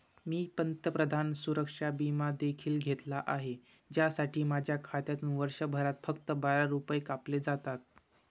मी पंतप्रधान सुरक्षा विमा देखील घेतला आहे, ज्यासाठी माझ्या खात्यातून वर्षभरात फक्त बारा रुपये कापले जातात